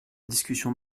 discussion